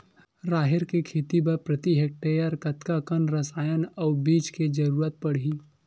राहेर के खेती बर प्रति हेक्टेयर कतका कन रसायन अउ बीज के जरूरत पड़ही?